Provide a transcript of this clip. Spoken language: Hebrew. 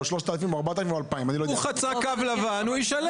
הוא חצה קו לבן הוא ישלם.